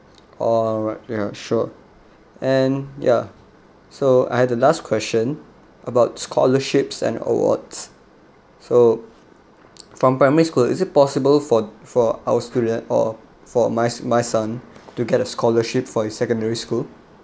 alright ya sure and ya so I have the last question about scholarships and awards so from primary school is it possible for for our student or for for my my son to get a scholarship for his secondary school